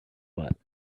what